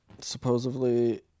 supposedly